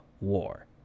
war